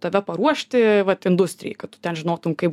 tave paruošti vat industrijai kad tu ten žinotum kaip